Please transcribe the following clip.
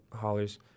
hollers